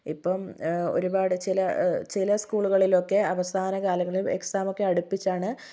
ഇപ്പം ഒരുപാട് ചില ചില സ്കൂളികളിലൊക്കെ അവസാന കാലങ്ങളില് എക്സാം ഒക്കെ അടുപ്പിച്ചാണ്